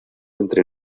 entre